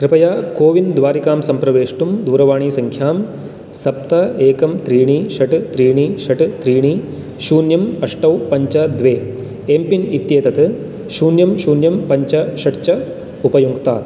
कृपया कोविन् द्वारिकां सम्प्रवेष्टुं दूरवाणीसङ्ख्यां सप्त एकं त्रीणि षट् त्रीणि षट् त्रीणि शून्यम् अष्टौ पञ्च द्वे एम् पिन् इत्येतत् शून्यं शून्यं पञ्च षट् च उपयुङ्क्तात्